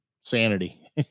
sanity